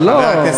זה לא,